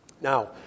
Now